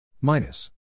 minus